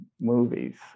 movies